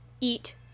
eat